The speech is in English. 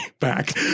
back